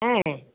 হ্যাঁ